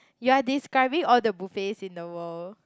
you are describing all the buffets in the world